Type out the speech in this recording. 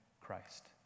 Christ